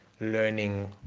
learning